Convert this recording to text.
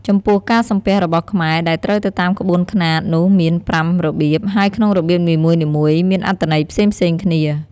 ចំពោះការសំពះរបស់ខ្មែរដែលត្រូវទៅតាមក្បូនខ្នាតនោះមានប្រាំរបៀប ហើយក្នុងរបៀបនីមួយៗមានអត្ថន័យផ្សេងៗគ្នា។